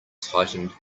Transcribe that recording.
tightened